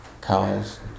cows